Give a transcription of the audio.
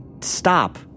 stop